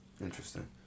Interesting